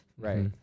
right